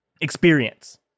experience